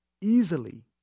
easily